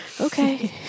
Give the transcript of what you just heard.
Okay